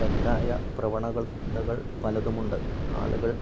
തെറ്റായ പ്രവണതകൾ പലതുമുണ്ട് ആളുകൾ